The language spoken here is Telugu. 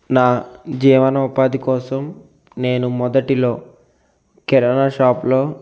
నా జీవనోపాధి కోసం నేను మొదటిలో కిరాణా షాప్లో